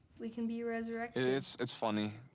we can be resurrected. it's it's funny,